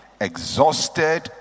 exhausted